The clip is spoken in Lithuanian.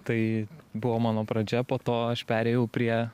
tai buvo mano pradžia po to aš perėjau prie